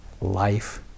life